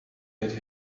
get